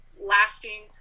lasting